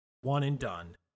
one-and-done